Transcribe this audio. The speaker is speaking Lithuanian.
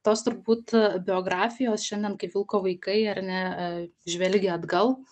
tos turbūt biografijos šiandien kaip vilko vaikai ar ne žvelgia atgal